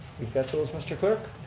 you got those mr. clerk?